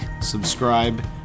subscribe